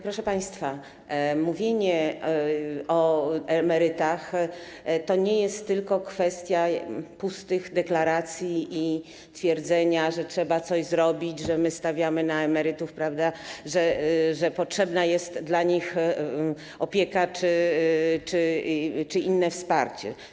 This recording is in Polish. Proszę państwa, mówienie o emerytach to nie jest tylko kwestia pustych deklaracji i twierdzenia, że trzeba coś zrobić, że my stawiamy na emerytów, że potrzebna jest dla nich opieka czy inne wsparcie.